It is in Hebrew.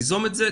תיזום את זה,